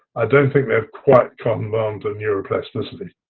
i don't think they're quite common but um to neuroplasticity.